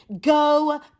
Go